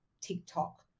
TikTok